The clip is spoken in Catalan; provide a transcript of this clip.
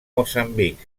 moçambic